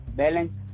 balance